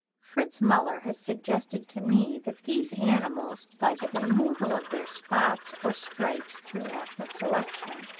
fritz muller has suggested to me that these animals, by the removal of their spots or stripes through natural selection,